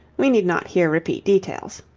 we need not here repeat details.